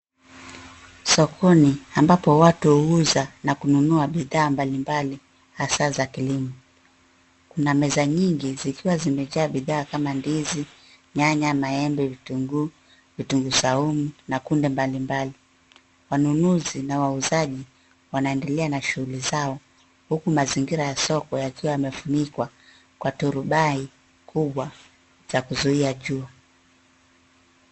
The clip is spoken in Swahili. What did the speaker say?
Sokoni ambapo watu huuza na kununua bidhaa mbalimbali hasa za kilimo kuna meza nyingi zikiwa zimejaa bidhaa nyingi kama ndizi, nyanya, maembe, vitunguu ,vitunguu saumu na kunde mbalimbali. Wanunuzi na wauzaji wanaendelea na shughuli zao huku mazingira ya soko yakiwa yamefunikwa kwa turubai kubwa za kuzuia jua.